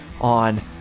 on